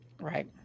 Right